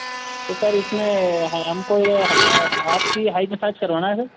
तो सर इसमें हमको हाथ की हाई मसाज करवाना है